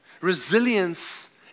resilience